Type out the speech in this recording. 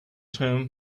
term